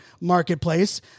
marketplace